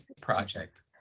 project